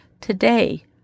Today